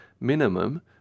Minimum